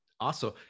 Awesome